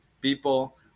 people